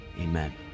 amen